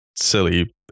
silly